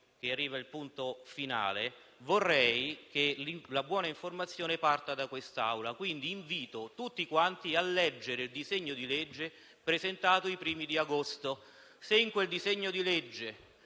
che arriva il punto finale, vorrei che la buona informazione partisse da quest'Aula. Quindi, invito tutti quanti a leggere il disegno di legge presentato i primi di agosto. Se in quel disegno di legge